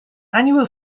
annual